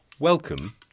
Welcome